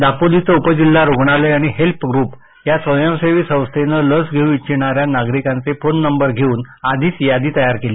दापोलीचं उपजिल्हा रुग्णालय आणि हेल्प ग्रूप या स्वयंसेवी संस्थेनं लस घेऊ इच्छिणाऱ्या नागरिकांचे फोन नंबर घेऊन आधीच यादी तयार केली